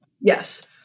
Yes